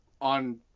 on